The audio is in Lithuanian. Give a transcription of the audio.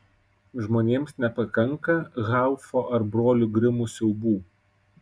žmonėms nepakanka haufo ar brolių grimų siaubų